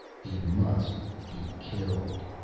he must be killed.